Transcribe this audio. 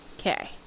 Okay